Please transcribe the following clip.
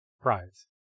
prize